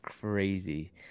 crazy